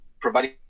providing